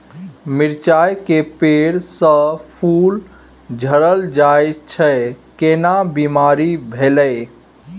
मिर्चाय के पेड़ स फूल झरल जाय छै केना बीमारी भेलई?